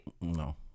No